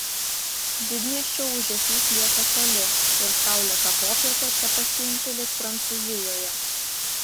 didmiesčio ūžesys lieka toli ir saulėtą popietę čia pasijunti lyg prancūzijoje